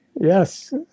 yes